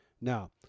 now